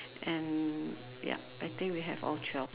and yup I think we have all twelve